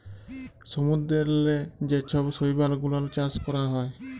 সমুদ্দূরেল্লে যে ছব শৈবাল গুলাল চাষ ক্যরা হ্যয়